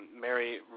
Mary